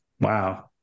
Wow